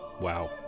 Wow